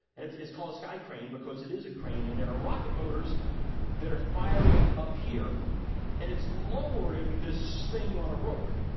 and it's it's called a sky crane, because it is a crane and there are rocket motors that are firing up here and it's lowering this thing on a rope.